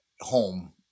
home